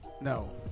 No